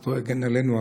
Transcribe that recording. זכותו תגן עלינו,